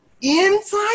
inside